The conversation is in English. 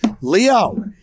Leo